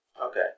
Okay